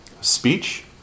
speech